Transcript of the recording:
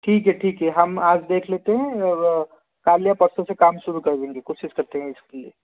ठीक है ठीक है हम आज देख लेते हैं और काल या परसों से काम शुरू कर देंगे कोशिश करते हैं इसकी